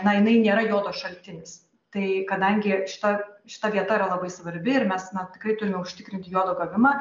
na jinai nėra jodo šaltinis tai kadangi šita šita vieta yra labai svarbi ir mes na tikrai turime užtikrinti jodo gavimą